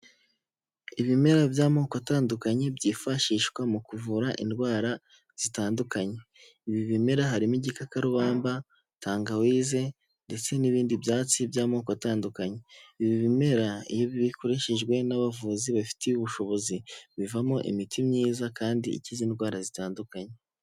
Ibimera by'amoko atandukanye byifashishwa mu kuvura indwara zitandukanye, ibi bimera harimo igikakarubamba, tangawize ndetse n'ibindi byatsi by'amoko atandukanye, ibi bimera iyo bikoreshejwe n'abavuzi babifitiye ubushobozi, bivamo imiti myiza kandi ikiza indwara zitandukanye.